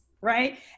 right